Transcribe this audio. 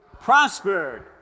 prospered